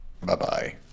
Bye-bye